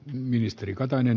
arvoisa puhemies